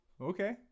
Okay